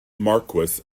marquess